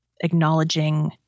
acknowledging